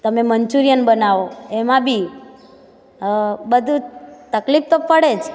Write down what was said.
તમે મનચ્યુરિયન બનાવો એમાં બી બધું જ તકલીફ તો પડે જ